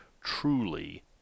truly